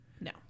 No